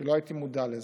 כי לא הייתי מודע לזה,